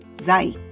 Zai